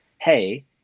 hey